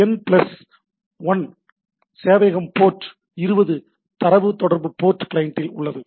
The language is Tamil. என் பிளஸ் 1 சேவையகம் போர்ட் 20 தரவு தொடர்பு போர்ட் கிளையண்டில் உள்ளது